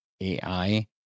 AI